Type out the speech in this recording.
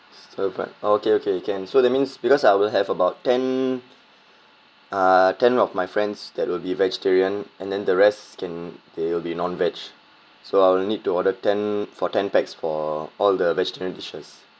stir fried okay okay can so that means because I will have about ten uh ten of my friends that will be vegetarian and then the rest can they will be non veg so I'll need to order ten for ten pax for all the vegetarian dishes